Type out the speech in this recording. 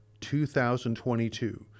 2022